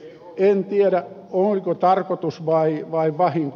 en tiedä oliko tarkoitus vai vahinko